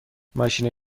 ماشین